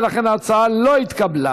ולכן ההצעה לא התקבלה.